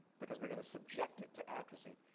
because we're gonna subject it to atrazine.